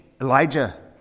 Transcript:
Elijah